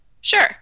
Sure